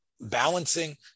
balancing